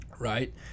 right